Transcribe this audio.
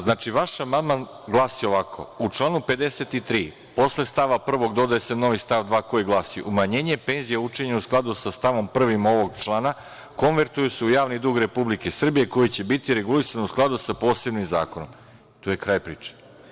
Znači, vaš amandman glasi ovako: „U članu 53. posle stava 1. dodaje se novi stav 2. koji glasi – umanjenje penzija učinjeno u skladu sa stavom 1. ovog člana, konvertuju se u javni dug Republike Srbije, koji će biti regulisan u skladu sa posebnim zakonom.“ Tu je kraj priče.